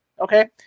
Okay